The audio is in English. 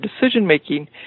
decision-making